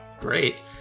Great